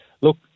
Look